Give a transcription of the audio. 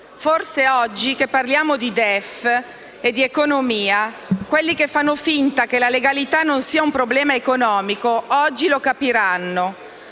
Forse oggi che parliamo di DEF e di economia, quelli che fanno finta che la legalità non sia un problema economico oggi lo capiranno.